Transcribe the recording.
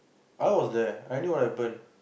I was there I knew what happen